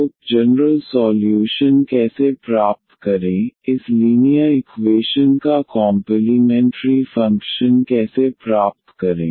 तो general solution कैसे प्राप्त करें इस लीनियर इक्वेशन का कॉम्पलीमेंट्री फंक्शन कैसे प्राप्त करें